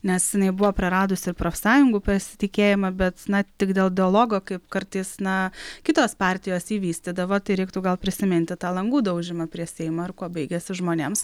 nes jinai buvo praradusi ir profsąjungų pasitikėjimą bet na tik dėl dialogo kaip kartais na kitos partijos jį vystydavo tai reiktų gal prisiminti tą langų daužymą prie seimo ir kuo baigėsi žmonėms